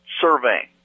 surveying